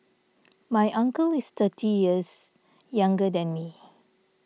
my uncle is thirty years younger than me